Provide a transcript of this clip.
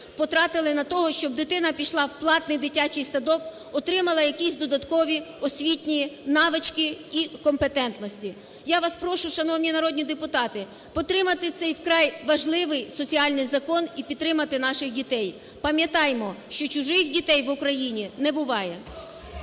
потратили для те, щоб дитина пішла в платний дитячий садок, отримала якісь додаткові освітні навички і компетентності. Я вас прошу, шановні народні депутати, підтримати цей вкрай важливий соціальний закон і підтримати наших дітей. Пам'ятаємо, що чужих дітей в Україні не буває.